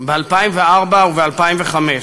ב-2004 וב-2005,